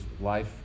life